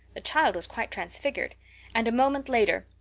the child was quite transfigured and, a moment later,